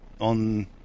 on